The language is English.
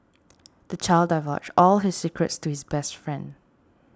the child divulged all his secrets to his best friend